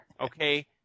okay